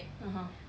(uh huh)